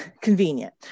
Convenient